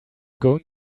going